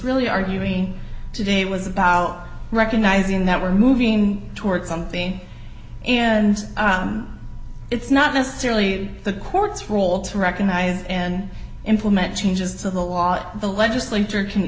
really arguing today was about recognizing that we're moving toward something and it's not necessarily the court's role to recognize and implement changes to the law the legislature can